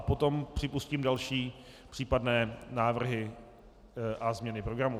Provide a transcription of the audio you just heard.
Potom připustím další případné návrhy na změnu programu.